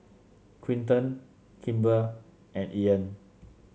Quinton Kimber and Ean